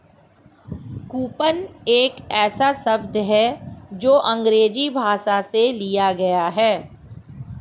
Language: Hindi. कूपन एक ऐसा शब्द है जो अंग्रेजी भाषा से लिया गया है